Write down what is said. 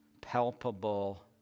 palpable